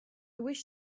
wish